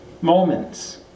moments